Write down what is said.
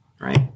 right